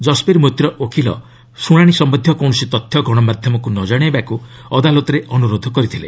ଜଶ୍ବୀର ମୋତିର ଓକିଲ ଶୁଶାଣି ସମ୍ପନ୍ଧୀୟ କୌଣସି ତଥ୍ୟ ଗଣମାଧ୍ୟମକୁ ନ ଜଣାଇବାକୁ ଅଦାଲତରେ ଅନୁରୋଧ କରିଛନ୍ତି